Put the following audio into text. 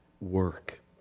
work